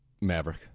Maverick